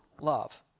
love